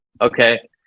okay